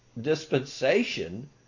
dispensation